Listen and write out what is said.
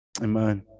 Amen